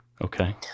Okay